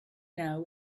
now